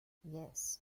yes